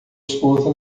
esposa